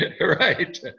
Right